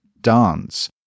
dance